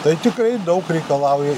tai tikrai daug reikalauja